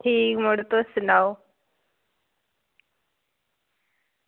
ठीक मड़ो तुस सनाओ